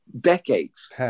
decades